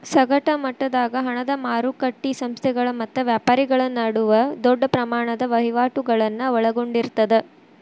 ಸಗಟ ಮಟ್ಟದಾಗ ಹಣದ ಮಾರಕಟ್ಟಿ ಸಂಸ್ಥೆಗಳ ಮತ್ತ ವ್ಯಾಪಾರಿಗಳ ನಡುವ ದೊಡ್ಡ ಪ್ರಮಾಣದ ವಹಿವಾಟುಗಳನ್ನ ಒಳಗೊಂಡಿರ್ತದ